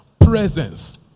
presence